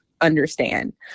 understand